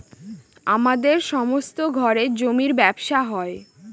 আমাদের সমস্ত ঘরে জমির ব্যবসা হয়